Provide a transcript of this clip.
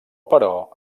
però